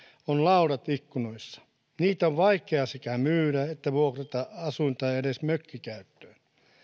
on laudat ikkunoissa niitä on vaikea sekä myydä että vuokrata asuin tai edes mökkikäyttöön